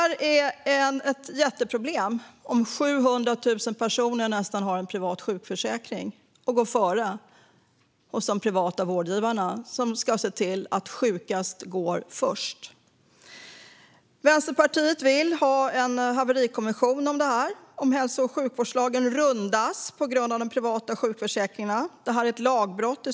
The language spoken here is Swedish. Det är ett jätteproblem om nästan 700 000 har en privat sjukförsäkring och får gå före hos de privata vårdgivarna. Dessa ska ju se till att sjukast går först. Vänsterpartiet vill ha en haverikommission om detta för att se om hälso och sjukvårdslagen rundas på grund av de privata sjukförsäkringarna. I så fall är det ett lagbrott.